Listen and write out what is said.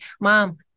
mom